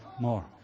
More